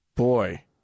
Boy